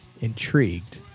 intrigued